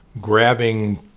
grabbing